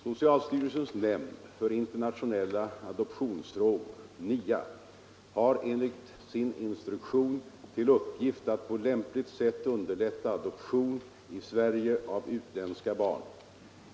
Socialstyrelsens nämnd för internationella adoptionsfrågor — NIA — har enligt sin instruktion till uppgift att på lämpligt sätt underlätta adoption i Sverige av utländska barn.